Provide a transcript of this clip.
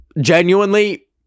genuinely